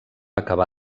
acabar